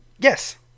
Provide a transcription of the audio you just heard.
Yes